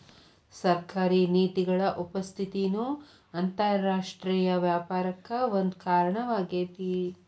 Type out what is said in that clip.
ಸರ್ಕಾರಿ ನೇತಿಗಳ ಉಪಸ್ಥಿತಿನೂ ಅಂತರರಾಷ್ಟ್ರೇಯ ವ್ಯಾಪಾರಕ್ಕ ಒಂದ ಕಾರಣವಾಗೇತಿ